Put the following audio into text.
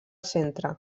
centre